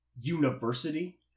University